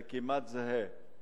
זה כמעט זהה.